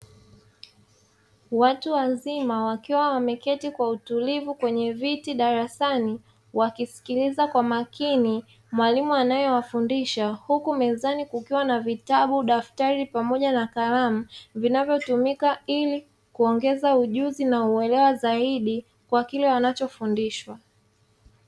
Watu wazima wakiwa wameketi kwa kwa utulivu kwenye viti darasani, wakisikiliza kwa makini mwalimu anaewafundisha huku kukiwa na vitabu, daftari pamoja na kalamu vinavyotumika ili kuongeza ujuzi na uelewa zaidi kwa kile wanachofundishwa.